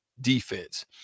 Defense